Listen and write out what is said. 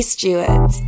Stewart